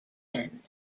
end